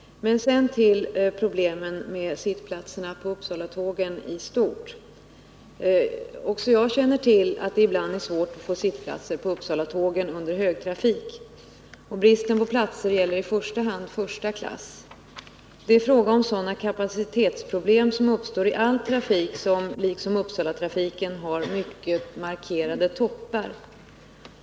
När det gäller problemen i stort i samband med sittplatserna på Uppsalatågen vill jag säga att också jag känner till att det ibland är svårt att få sittplats på tågen under högtrafik. Bristen på platser gäller i första hand förstaklassvagnarna. Det är här fråga om sådana kapacitetsproblem som uppstår i all trafik som liksom Uppsalatrafiken har mycket markerade toppar.